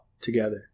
together